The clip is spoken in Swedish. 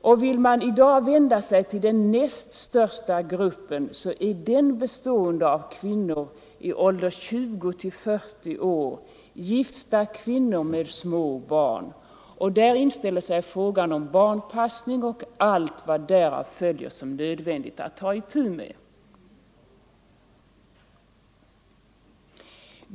Och vill man i dag vända sig till den näst största gruppen, den som består av kvinnor i åldern 20-40 år, gifta kvinnor med små barn, inställer sig frågan om barnpassning och allt vad därav följer som nödvändigt att ta itu med.